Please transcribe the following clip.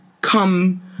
come